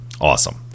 awesome